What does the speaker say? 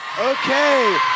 Okay